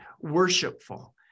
worshipful